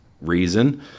reason